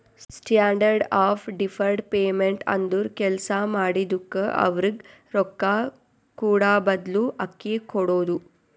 standard of deferred payment ಅಂದುರ್ ಕೆಲ್ಸಾ ಮಾಡಿದುಕ್ಕ ಅವ್ರಗ್ ರೊಕ್ಕಾ ಕೂಡಾಬದ್ಲು ಅಕ್ಕಿ ಕೊಡೋದು